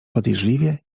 podejrzliwie